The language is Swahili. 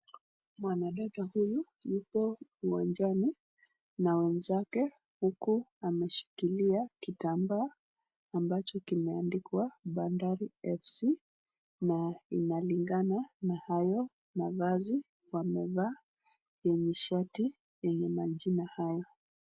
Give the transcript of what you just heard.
Mwanadada huyu yupo uwanjani na wenzake huku maeshikilia kitambaa ambacho kimaendikwa BANDARI F.C na inalingana na haya mavazi wamevaa kwenye shati yenye majina haya.